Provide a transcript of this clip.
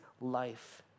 life